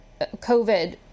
COVID